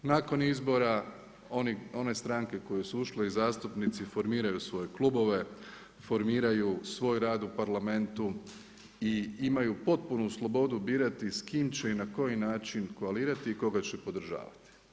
Nakon izbora one stranke koje su ušle i zastupnici formiraju svoje klubove, formiraju svoj rad u parlamentu i imaju potpunu slobodu birati s kime će i na koji način koalirati i koga će podržavati.